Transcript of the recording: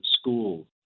schools